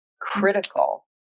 critical